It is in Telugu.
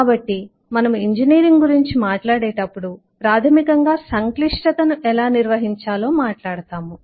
కాబట్టి మనము ఇంజనీరింగ్ గురించి మాట్లాడేటప్పుడు ప్రాథమికంగా సంక్లిష్టతను ఎలా నిర్వహించాలో మాట్లాడతాము